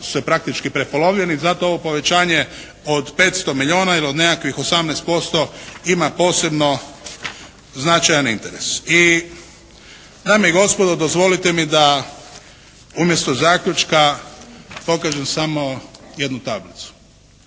su se praktički prepolovili. Zato ovo povećanje od 500 milijona ili od nekakvih 18% ima posebno značajan interes. I dame i gospodo, dozvolite i da umjesto zaključka pokažem samo jednu tablicu.